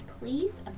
please